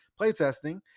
playtesting